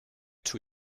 too